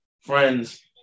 friends